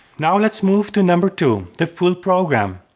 now let's move to number two the full program.